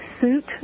suit